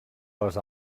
les